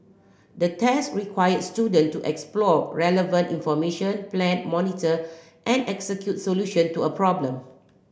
the test required student to explore relevant information plan monitor and execute solution to a problem